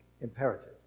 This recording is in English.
imperative